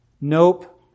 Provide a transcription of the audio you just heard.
nope